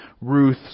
Ruth